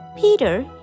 Peter